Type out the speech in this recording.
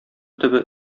төбе